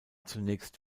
zunächst